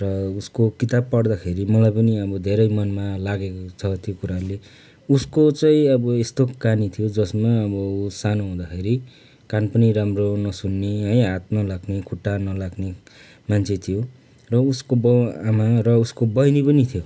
र उसको किताब पढ्दाखेरि मलाई पनि अब धेरै मनमा लागेको छ त्यो कुराले उसको चाहिँअब यस्तो कहानी थियो जसमा अब उ सानो हुँदाखेरि कान पनि राम्रो नसुन्ने है हात नलाग्ने खुट्टा नलाग्ने मान्छे थियो र उसको बाउ आमा र उसको बहिनी पनि थियो